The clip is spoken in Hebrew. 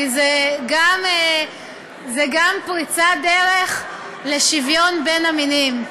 כי זה גם פריצת דרך לשוויון בין המינים.